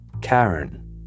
Karen